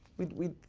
we. we.